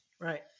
right